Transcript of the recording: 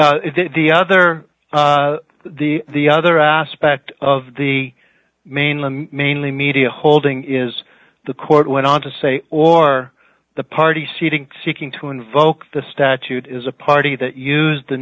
issue the other the the other aspect of the mainland mainly media holding is the court went on to say or the party seating seeking to invoke the statute is a party that used the